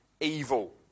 evil